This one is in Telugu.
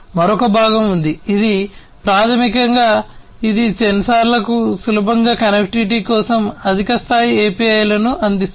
మరొక భాగం ఉంది ఇది ప్రాథమికంగా ఇది సెన్సార్లకు సులభంగా కనెక్టివిటీ కోసం అధిక స్థాయి API లను అందిస్తుంది